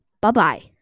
Bye-bye